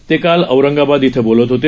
ते काल औरंगाबाद इथं बोलत होते